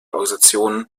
organisationen